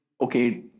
okay